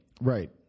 Right